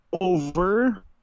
over